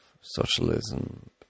socialism